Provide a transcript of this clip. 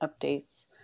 updates